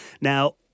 Now